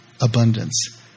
abundance